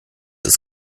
ist